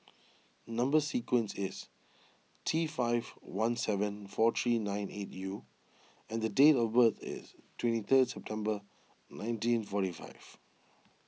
Number Sequence is T five one seven four three nine eight U and date of birth is twenty third September nineteen forty five